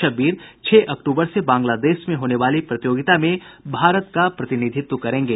शब्बीर छह अक्टूबर से बांगलादेश में होने वाली प्रतियोगिता में भारत का प्रतिनिधित्व करेंगे